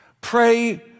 Pray